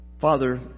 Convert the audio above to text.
Father